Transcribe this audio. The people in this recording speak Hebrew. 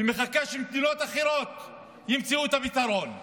ומחכה שמדינות אחרות ימצאו את הפתרון.